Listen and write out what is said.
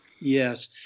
Yes